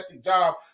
job